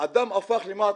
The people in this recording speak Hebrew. הדם הפך למטה.